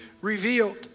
revealed